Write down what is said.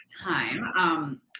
time